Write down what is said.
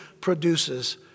produces